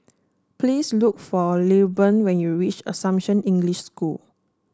please look for Lilburn when you reach Assumption English School